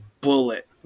bullet